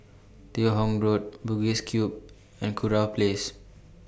Teo Hong Road Bugis Cube and Kurau Place